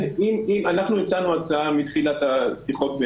אנחנו הצענו הצעה בתחילת השיחות עם